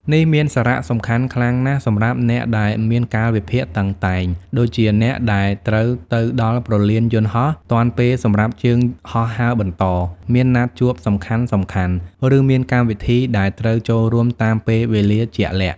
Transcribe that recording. នេះមានសារៈសំខាន់ខ្លាំងណាស់សម្រាប់អ្នកដែលមាន កាលវិភាគតឹងតែង ដូចជាអ្នកដែលត្រូវទៅដល់ព្រលានយន្តហោះទាន់ពេលសម្រាប់ជើងហោះហើរបន្ត មានណាត់ជួបសំខាន់ៗ ឬមានកម្មវិធីដែលត្រូវចូលរួមតាមពេលវេលាជាក់លាក់។